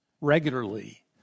regularly